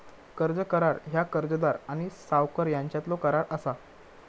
कर्ज करार ह्या कर्जदार आणि सावकार यांच्यातलो करार असा